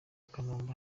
kanumba